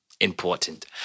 Important